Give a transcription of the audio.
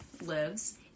lives